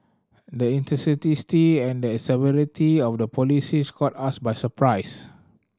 the and the severity of the policies caught us by surprise